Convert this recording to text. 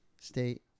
state